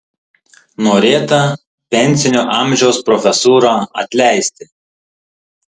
norėta pensinio amžiaus profesūrą atleisti